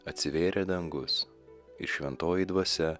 atsivėrė dangus ir šventoji dvasia